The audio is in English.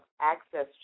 access